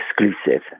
exclusive